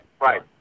Right